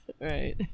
right